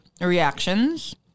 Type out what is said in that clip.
reactions